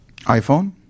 iPhone